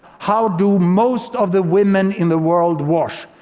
how do most of the women in the world wash?